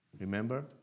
Remember